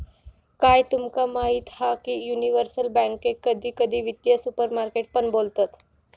काय तुमका माहीत हा की युनिवर्सल बॅन्केक कधी कधी वित्तीय सुपरमार्केट पण बोलतत